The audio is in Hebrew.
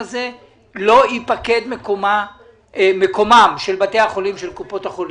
לא ייפקד מקומם של בתי החולים של קופות החולים.